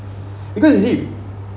because you see